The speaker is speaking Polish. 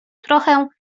trochę